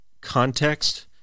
context